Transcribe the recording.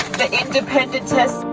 the independent test.